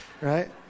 right